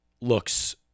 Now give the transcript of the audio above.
looks